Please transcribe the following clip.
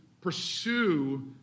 pursue